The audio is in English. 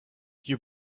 you